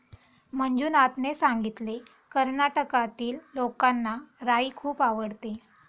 मंजुनाथने सांगितले, कर्नाटकातील लोकांना राई खूप आवडते